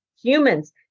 humans